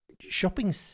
shopping